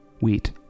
Wheat